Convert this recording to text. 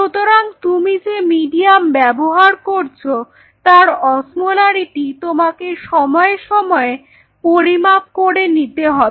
সুতরাং তুমি যে মিডিয়াম ব্যবহার করছ তার অসমোলারিটি তোমাকে সময়ে সময়ে পরিমাপ করে নিতে হবে